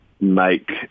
make